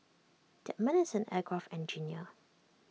that man is an aircraft engineer